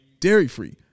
dairy-free